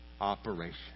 operation